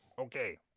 Okay